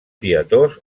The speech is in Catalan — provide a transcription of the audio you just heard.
pietós